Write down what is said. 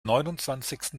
neunundzwanzigsten